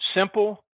simple